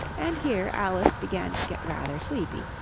and here alice began to get rather sleepy,